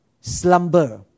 slumber